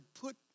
put